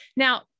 Now